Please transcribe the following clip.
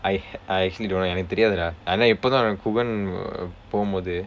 I I actually don't know எனக்கு தெரியாது டா ஆனா இப்போ தான்:enakku theriyaathu daa aanaa ippoo thaan gughan போகும்போது:pokumpoothu